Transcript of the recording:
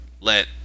let